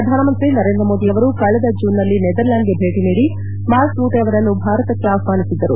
ಪ್ರಧಾನಮಂತ್ರಿ ನರೇಂದ್ರ ಮೋದಿಯವರು ಕಳೆದ ಜೂನ್ನಲ್ಲಿ ನೆದರ್ಲ್ಯಾಂಡ್ಗೆ ಭೇಟ ನೀಡಿ ಮಾರ್ಕ್ ರೂಟೆ ಅವರನ್ನು ಭಾರತಕ್ಷೆ ಆಹ್ವಾನಿಸಿದ್ದರು